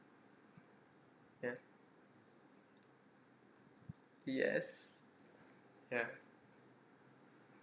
ya yes ya